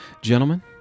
Gentlemen